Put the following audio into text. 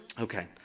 Okay